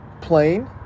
plane